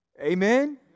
Amen